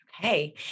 Okay